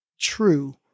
true